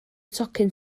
tocyn